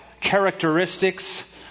characteristics